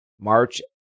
March